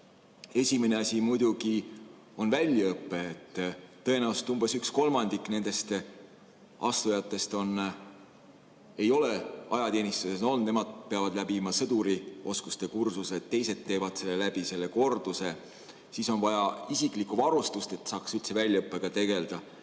Esimene asi muidugi on väljaõpe. Tõenäoliselt umbes üks kolmandik nendest astujatest ei ole ajateenistuses olnud, nemad peavad läbima sõdurioskuste kursuse. Teised teevad läbi selle korduse. Siis on vaja isiklikku varustust, et saaks üldse väljaõppega tegeleda.